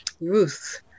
Ruth